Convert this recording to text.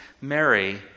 Mary